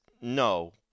no